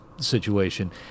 situation